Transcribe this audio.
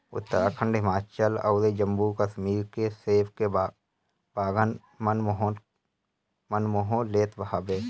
उत्तराखंड, हिमाचल अउरी जम्मू कश्मीर के सेब के बगान मन मोह लेत हवे